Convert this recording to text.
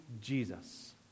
Jesus